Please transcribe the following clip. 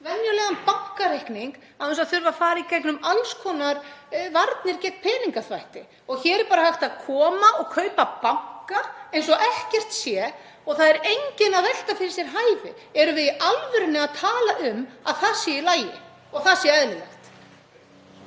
venjulegan bankareikning, án þess að þurfa að fara í gegnum alls konar varnir gegn peningaþvætti. En hér er bara hægt að koma og kaupa banka eins og ekkert sé og það er enginn að velta fyrir sér hæfi. Erum við í alvörunni að tala um að það sé í lagi og það sé eðlilegt?